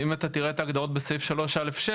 אם תראה את ההגדרות בסעיף 3(א)(6),